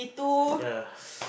yeah